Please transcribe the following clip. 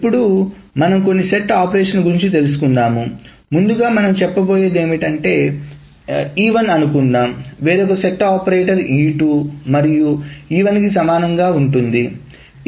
ఇప్పుడు మనం కొన్ని సెట్ ఆపరేషన్లగురించి తెలుసుకుందాం ముందుగా మనం చెప్పబోయేది E1 అనుకుందాం వేరొక సెట్ ఆపరేటర్ E2 మరియు E1కి సమానంగా ఉంటుంది2